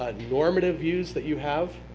normative views that you have.